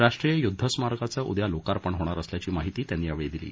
राष्ट्रीय युद्ध स्मारकाचं उद्या लोकार्पण होणार असल्याची माहिती त्यांनी यावेळी दिली